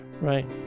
right